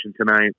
tonight